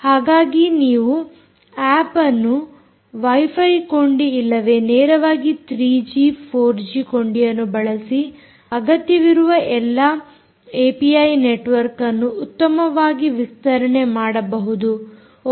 ಹಾಗಾಗಿ ನೀವು ಈ ಆಪ್ ಅನ್ನು ವೈಫೈ ಕೊಂಡಿ ಇಲ್ಲವೇ ನೇರವಾಗಿ 3ಜಿ 4ಜಿ ಕೊಂಡಿಯನ್ನು ಬಳಸಿ ಅಗತ್ಯವಿರುವ ಎಲ್ಲಾ ಏಪಿಐ ನೆಟ್ವರ್ಕ್ಅನ್ನು ಉತ್ತಮವಾಗಿ ವಿಸ್ತರಣೆ ಮಾಡಬಹುದು